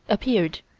appeared.